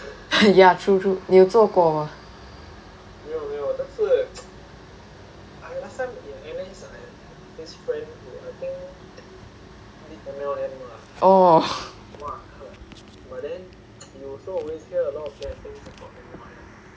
ya true true 你有做过 mah oh